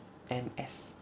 and S